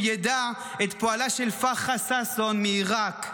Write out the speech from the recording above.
ידע את פועלה של פרחה ששון מעיראק,